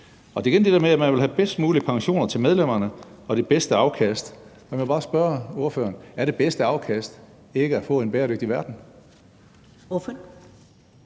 det der med, at man vil have de bedst mulige pensioner til medlemmerne og det bedste afkast. Men jeg må bare spørge ordføreren: Er det bedste afkast ikke at få en bæredygtig verden?